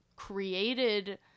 created